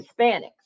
Hispanics